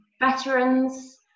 veterans